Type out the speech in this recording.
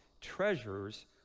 treasures